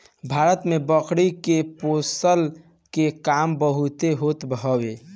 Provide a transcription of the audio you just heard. भारत में बकरी के पोषला के काम बहुते होत हवे